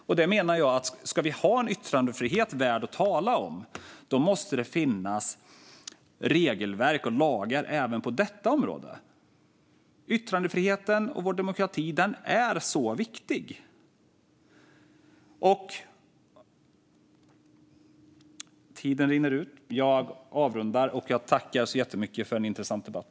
Jag menar att om vi ska ha en yttrandefrihet värd att tala om måste det finnas regelverk och lagar även på detta område. Yttrandefriheten och vår demokrati är så viktig. Jag tackar så mycket för en intressant debatt.